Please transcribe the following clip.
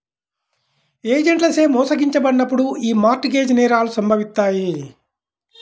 ఏజెంట్లచే మోసగించబడినప్పుడు యీ మార్ట్ గేజ్ నేరాలు సంభవిత్తాయి